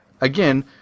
again